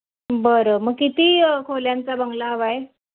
बरं मग किती खोल्यांचा बंगला हवा आहे